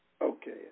Okay